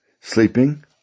sleeping